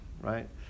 right